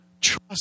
trust